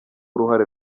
uruhare